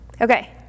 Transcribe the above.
Okay